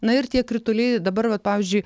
na ir tie krituliai dabar vat pavyzdžiui